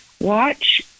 Watch